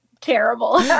terrible